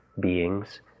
beings